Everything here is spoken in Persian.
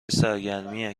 سرگرمی